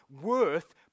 worth